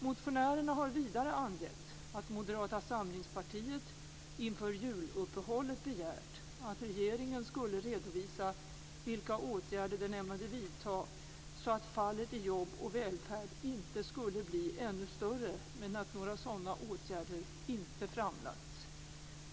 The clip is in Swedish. Motionärerna har vidare angett att Moderata samlingspartiet inför juluppehållet begärt att regeringen skulle redovisa vilka åtgärder den ämnade vidta "så att fallet i jobb och välfärd inte skulle bli ännu större", men att någon redovisning av några sådana åtgärder inte framlagts.